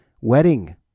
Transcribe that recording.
wedding